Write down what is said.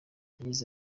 yagize